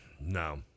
No